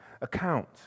account